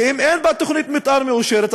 ואם אין בה תוכנית מתאר מאושרת,